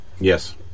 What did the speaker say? yes